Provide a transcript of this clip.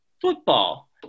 football